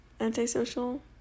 antisocial